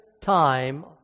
time